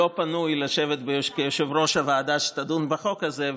הוא לא פנוי לשבת כיושב-ראש הוועדה שתדון בחוק הזה,